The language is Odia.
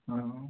ହଁ